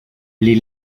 les